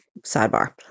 sidebar